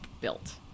built